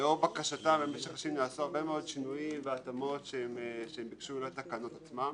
לאור בקשותיהם במשך השנים נעשו הרבה מאוד שינויים והתאמות בתקנות עצמן.